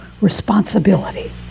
responsibility